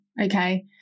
Okay